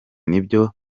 nibyo